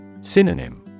Synonym